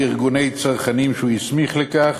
וארגוני צרכנים שהוא הסמיך לכך,